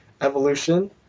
evolution